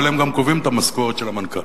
אבל הם גם קובעים את המשכורת של המנכ"ל.